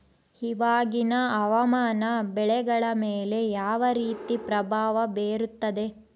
ಇವಾಗಿನ ಹವಾಮಾನ ಬೆಳೆಗಳ ಮೇಲೆ ಯಾವ ರೇತಿ ಪ್ರಭಾವ ಬೇರುತ್ತದೆ?